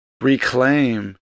reclaim